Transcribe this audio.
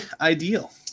ideal